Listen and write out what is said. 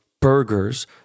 burgers